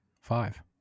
Five